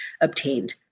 obtained